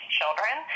children